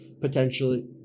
potentially